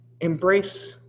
embrace